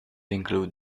include